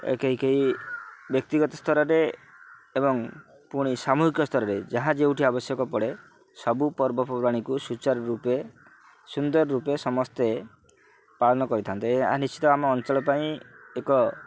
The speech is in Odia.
କେହି କେହି ବ୍ୟକ୍ତିଗତ ସ୍ତରରେ ଏବଂ ପୁଣି ସାମୂହିକ ସ୍ତରରେ ଯାହା ଯୋଉଁଠି ଆବଶ୍ୟକ ପଡ଼େ ସବୁ ପର୍ବପର୍ବାଣୀକୁ ସୁଚାରୁ ରୂପେ ସୁନ୍ଦର ରୂପେ ସମସ୍ତେ ପାଳନ କରିଥାନ୍ତେ ଏହା ନିଶ୍ଚିତ ଆମ ଅଞ୍ଚଳ ପାଇଁ ଏକ